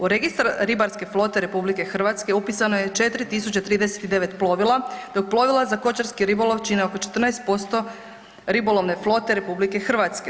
U registar ribarske flote RH upisano je 4039 plovila, dok plovila za kočarski ribolov čine oko 14% ribolovne flote RH.